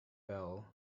bell